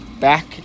back